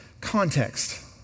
context